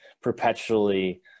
perpetually